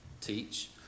teach